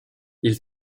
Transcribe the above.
ils